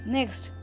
Next